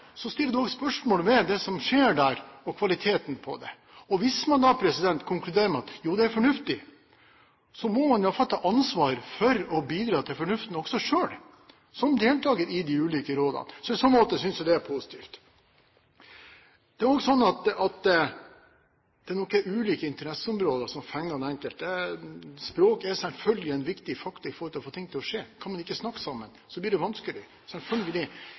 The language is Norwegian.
stiller en også spørsmål ved det som skjer, og ved kvaliteten på det. Og hvis man konkluderer med at det er fornuftig, må man i alle fall ta ansvar for å bidra til fornuft selv som deltager i de ulike rådene. I så måte synes jeg det er positivt. Det er nok også slik at det er ulike interesseområder som fenger den enkelte. Språk er selvfølgelig en viktig faktor for å få ting til å skje. Kan man ikke snakke sammen, blir det selvfølgelig vanskelig. Som andre har vært inne på i dag, er kystvaktsamarbeid viktig i forhold til Arktis – selvfølgelig